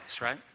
right